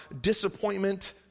disappointment